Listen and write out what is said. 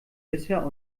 bisher